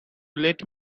let